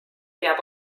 peab